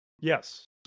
Yes